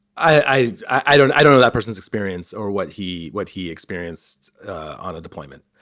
i i don't i don't know that person's experience or what he what he experienced on a deployment.